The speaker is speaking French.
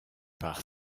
par